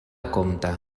comte